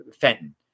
Fenton